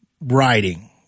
writing